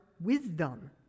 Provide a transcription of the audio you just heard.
wisdom